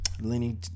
Lenny